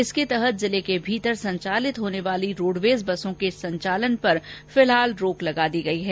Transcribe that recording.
इसके तहत जिले के भीतर संचालित होने वाली रोडवेज बसों के संचालन पर फिलहाल रोक लगा दी गई है